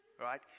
Right